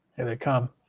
and they come.